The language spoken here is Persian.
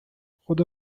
خدا